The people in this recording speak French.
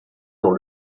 dans